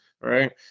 Right